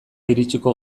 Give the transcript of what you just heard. iritsiko